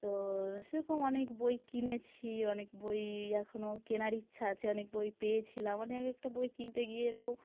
তো সেরকম অনেক বই কিনেছি অনেক বই এখনও কেনার ইচ্ছা আছে অনেক বই পেয়েছিলাম মানে এক একটা বই কিনতে গিয়ে এরকম